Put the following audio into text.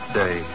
day